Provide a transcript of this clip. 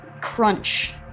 crunch